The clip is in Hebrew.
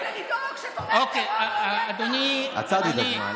אוקיי, אדוני, אדוני,